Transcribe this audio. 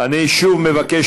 אני שוב מבקש,